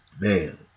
Man